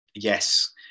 yes